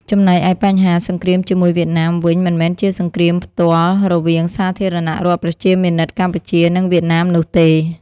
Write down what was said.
ចំណែកឯបញ្ហា "សង្គ្រាមជាមួយវៀតណាម" វិញ មិនមែនជាសង្គ្រាមផ្ទាល់រវាងសាធារណរដ្ឋប្រជាមានិតកម្ពុជា និងវៀតណាមនោះទេ។